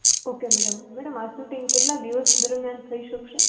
okay madam madam આ shooting કેટલા દિવસ દરમ્યાન થઈ શકશે